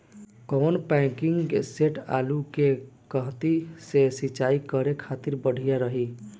कौन pumping set आलू के कहती मे सिचाई करे खातिर बढ़िया रही?